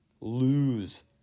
Lose